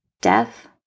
death